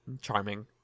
charming